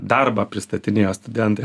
darbą pristatinėjo studentai